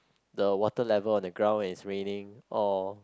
the water level on the ground when it's raining or